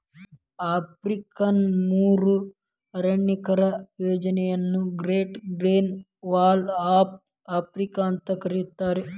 African ಮರು ಅರಣ್ಯೇಕರಣ ಯೋಜನೆಯನ್ನ Great Green Wall of Africa ಅಂತ ಕರೇತಾರ